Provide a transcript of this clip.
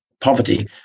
poverty